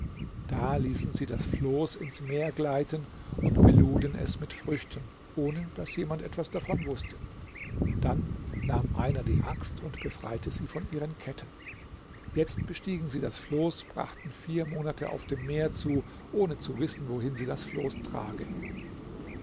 da ließen sie das floß ins meer gleiten und beluden es mit früchten ohne daß jemand etwas davon wußte dann nahm einer die axt und befreite sie von ihren ketten jetzt bestiegen sie das floß und brachten vier monate auf dem meer zu ohne zu wissen wohin sie das floß trage